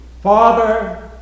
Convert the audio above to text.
Father